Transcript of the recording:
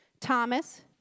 Thomas